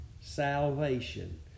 salvation